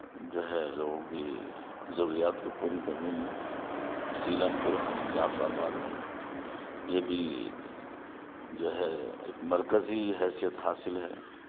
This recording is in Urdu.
جو ہے لوگوں کی ضروریات کو پوری کر رہی ہیں سیلم پور ہے جعفرآباد ہے یہ بھی جو ہے ایک مرکزی حیثیت حاصل ہے